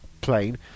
plane